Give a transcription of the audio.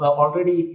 already